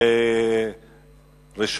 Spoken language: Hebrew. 1916, 1934, 1939, 1959 ו-1961.